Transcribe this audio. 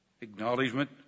acknowledgement